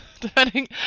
depending